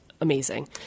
amazing